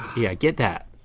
yeah get that.